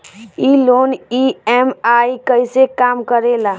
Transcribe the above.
ई loan EMI कईसे काम करेला?